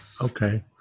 Okay